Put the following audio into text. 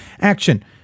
Action